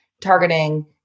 targeting